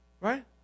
Right